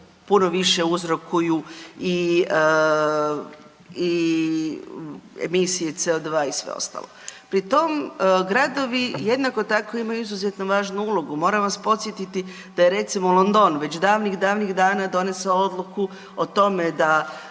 puno više uzrokuju i emisije CO2 i sve ostalo. Pri tom gradovi jednako tako imaju izuzetno važnu ulogu, moram vas podsjetiti da je recimo, London, već davnih, davnih dana donesao odluku o tome da